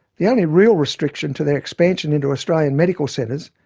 the only real restriction to their expansion into australian medical centres,